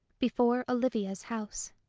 before olivia's house.